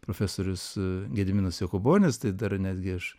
profesorius gediminas jokūbonis tai dar netgi aš